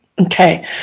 Okay